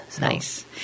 Nice